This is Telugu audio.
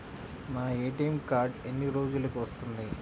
నా ఏ.టీ.ఎం కార్డ్ ఎన్ని రోజులకు వస్తుంది?